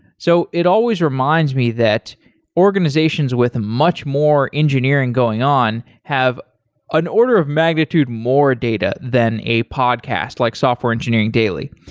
so it always reminds me that organizations with much more engineering going on have an order of magnitude more data than a podcast like software engineering daily,